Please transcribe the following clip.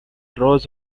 draws